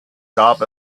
gab